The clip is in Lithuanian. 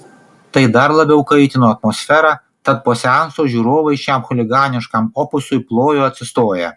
tai dar labiau kaitino atmosferą tad po seanso žiūrovai šiam chuliganiškam opusui plojo atsistoję